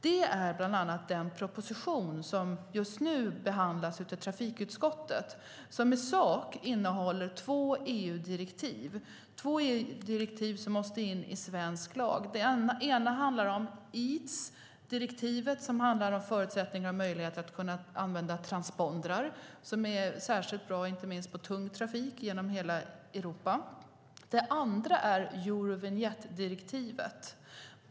Detta gäller bland annat den proposition som just nu behandlas av trafikutskottet. Den innehåller i sak två EU-direktiv, som måste in i svensk lag. Det ena handlar om EETS, direktivet om förutsättningar och möjligheter att använda transpondrar. Det är särskilt bra, inte minst på tung trafik genom hela Europa. Det andra är Eurovinjettdirektivet.